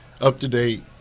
up-to-date